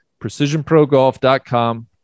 precisionprogolf.com